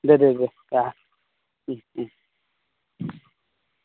দে দে দে আহা